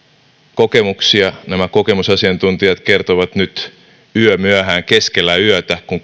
kokemuksia nämä kokemusasiantuntijat kertovat nyt yömyöhään keskellä yötä kun